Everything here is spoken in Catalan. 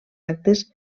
actes